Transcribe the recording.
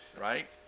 right